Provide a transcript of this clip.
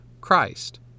Christ